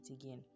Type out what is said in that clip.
again